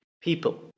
people